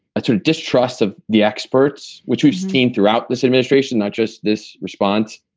a distrust of the experts which we've seen throughout this administration, not just this response.